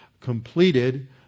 completed